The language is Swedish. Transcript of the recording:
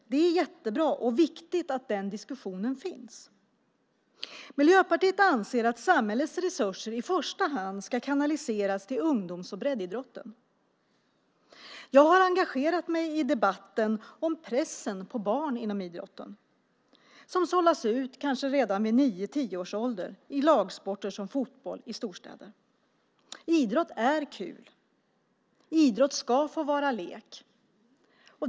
Det är jättebra och viktigt att den diskussionen förs. Miljöpartiet anser att samhällets resurser i första hand ska kanaliseras till ungdoms och breddidrotten. Jag har engagerat mig i debatten om pressen på barn inom idrotten. De sållas i storstäder kanske ut redan vid nio-tioårsåldern i lagsporter som fotboll. Idrott är kul. Idrott ska få vara lek.